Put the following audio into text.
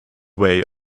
way